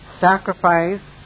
sacrifice